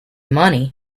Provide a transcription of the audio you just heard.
money